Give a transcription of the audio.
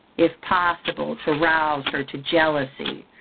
if possible, to rouse her to jealousy,